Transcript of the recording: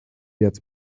jetzt